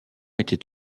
était